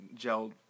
gelled